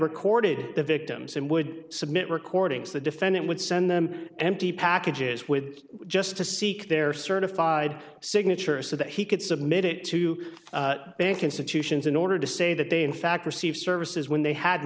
recorded the victims and would submit recordings the defendant would send them empty packages with just to seek their certified signature so that he could submit it to bank institutions in order to say that they in fact receive services when they had